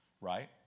Right